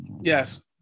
Yes